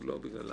לא בגללם.